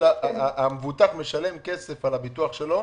המבוטח משלם כסף על הביטוח שלו,